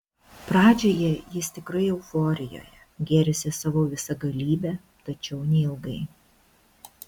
pradžioje jis tikrai euforijoje gėrisi savo visagalybe tačiau neilgai